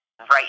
right